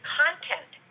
content